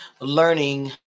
learning